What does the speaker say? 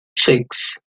six